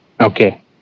Okay